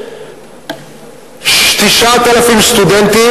9,000 סטודנטים,